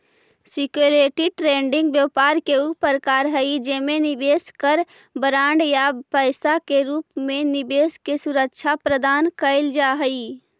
security trading व्यापार के ऊ प्रकार हई जेमे निवेशक कर बॉन्ड या पैसा के रूप में निवेश के सुरक्षा प्रदान कैल जा हइ